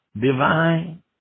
divine